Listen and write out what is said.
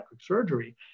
surgery